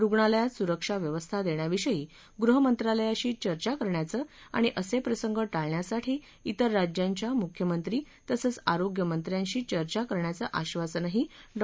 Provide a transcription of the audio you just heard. रुग्णालयात सुरक्षा व्यवस्था देण्याविषयी गृहमंत्रालयाशी चर्चा करण्याचं आणि असे प्रसंग टाळण्यासाठी विर राज्यांच्या मुख्यमंत्री तसंच आरोग्यमंत्र्याशी चर्चा करण्याचं आश्वासनही डॉ